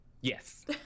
Yes